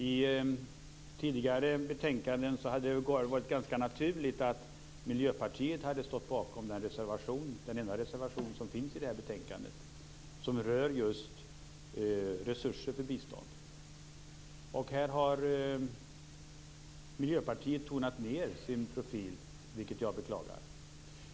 I tidigare betänkanden hade det varit ganska naturligt att Miljöpartiet hade stått bakom den reservation, den enda reservation som finns i detta betänkande, som rör just resurser för bistånd. Miljöpartiet har här tonat ned sin profil, vilket jag beklagar.